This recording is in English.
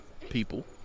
people